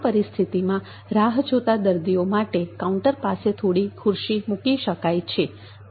આ પરિસ્થિતિમાં રાહ જોતા દર્દીઓ માટે કાઉન્ટર પાસે થોડી ખુરશી મૂકી શકાય